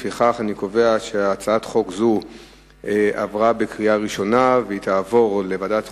לפיכך אני קובע שהצעת חוק זו התקבלה בקריאה ראשונה ותועבר לוועדת החוקה,